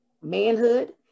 manhood